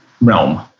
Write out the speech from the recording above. realm